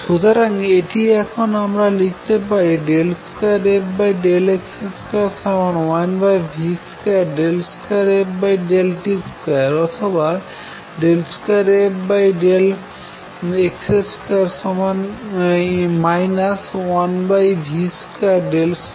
সুতরাং এটি এখন আমরা লিখতে পারি 2fx21v22ft2 অথবা 2fx2 1v22ft20